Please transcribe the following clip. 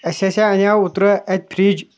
اَسہِ ہسا اَنیٛاو اوترٕ اَتہِ فٕرٛج